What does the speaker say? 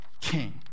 king